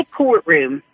courtroom